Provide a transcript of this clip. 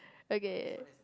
okay